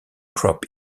crop